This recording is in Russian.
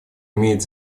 имеет